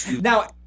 Now